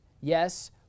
Yes